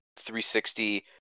360